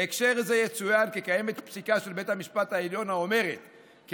בהקשר זה יצוין כי קיימת פסיקה של בית המשפט העליון האומרת כי